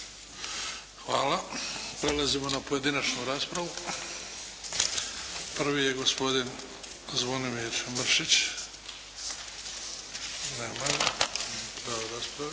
Hvala. Prelazimo na pojedinačnu raspravu. Prvi je gospodin Zvonimir Mršić. Nema ga. Gubi pravo rasprave.